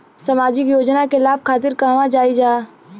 सामाजिक योजना के लाभ खातिर कहवा जाई जा?